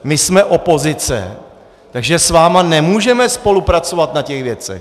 My jsme opozice, takže s vámi nemůžeme spolupracovat na těch věcech!